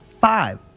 Five